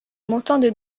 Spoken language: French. montant